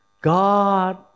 God